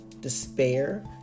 despair